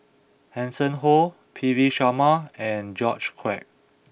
Hanson Ho P V Sharma and George Quek